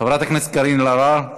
חברת הכנסת קארין אלהרר,